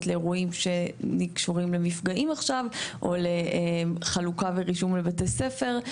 לאירועים שקשורים למפגעים עכשיו או לחלוקה ורישום לבתי ספר.